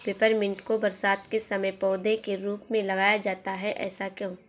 Peppermint को बरसात के समय पौधे के रूप में लगाया जाता है ऐसा क्यो?